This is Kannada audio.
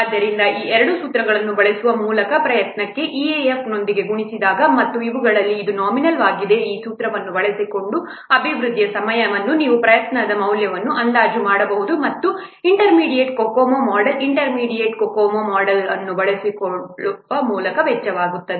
ಆದ್ದರಿಂದ ಈ ಎರಡು ಸೂತ್ರಗಳನ್ನು ಬಳಸುವ ಮೂಲಕ ಒಂದು ಪ್ರಯತ್ನಕ್ಕೆ ಇದಇಎಎಫ್ನೊಂದಿಗೆ ಗುಣಿಸಿದಾಗ ಮತ್ತು ಇವುಗಳಿಗೆ ಇದು ನಾಮಿನಲ್ವಾಗಿದೆ ಈ ಸೂತ್ರಗಳನ್ನು ಬಳಸಿಕೊಂಡು ಅಭಿವೃದ್ಧಿ ಸಮಯ ನೀವು ಪ್ರಯತ್ನದ ಮೌಲ್ಯವನ್ನು ಅಂದಾಜು ಮಾಡಬಹುದು ಮತ್ತು ಈ ಇಂಟರ್ಮೀಡಿಯೇಟ್ COCOMO ಮೊಡೆಲ್ ಮೊಡೆಲ್ ಅನ್ನು ಬಳಸುವ ಮೂಲಕ ವೆಚ್ಚವಾಗುತ್ತದೆ